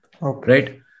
Right